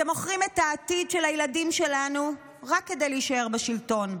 אתם מוכרים את העתיד של הילדים שלנו רק כדי להישאר בשלטון.